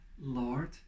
Lord